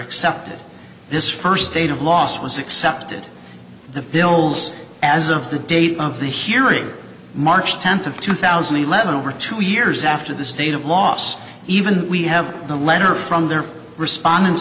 accepted this first date of loss was accepted the bills as of the date of the hearing march tenth of two thousand and eleven over two years after the state of loss even we have the letter from their respondents